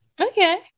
Okay